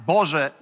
Boże